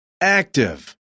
active